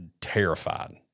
terrified